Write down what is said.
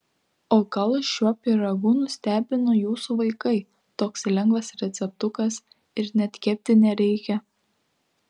o gal šiuo pyragu nustebino jūsų vaikai toks lengvas receptukas ir net kepti nereikia